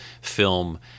film